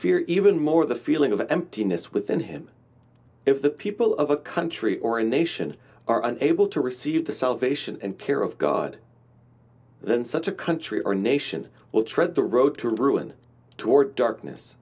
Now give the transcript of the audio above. fear even more the feeling of emptiness within him if the people of a country or a nation are unable to receive the salvation and care of god in such a country our nation will tread the road to ruin toward darkness